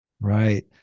Right